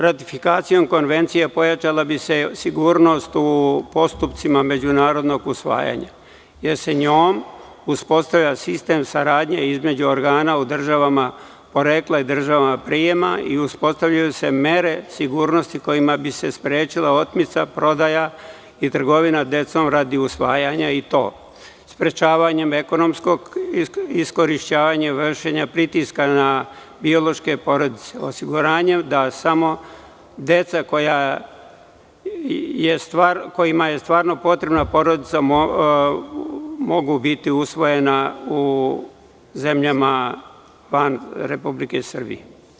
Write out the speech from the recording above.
Ratifikacijom Konvencije pojačala bi se sigurnost u postupcima međunarodnog usvajanja, jer se njom uspostavlja sistem saradnje između organa u državama porekla i državama prijema i uspostavljaju se mere sigurnosti kojima bi se sprečila otmica, prodaja i trgovina decom radi usvajanja, i to: sprečavanjem ekonomskog iskorišćavanja i vršenja pritiska na biološke porodice, osiguranjem da samo deca kojima je stvarno potrebna porodica mogu biti usvojena u zemljama van Republike Srbije.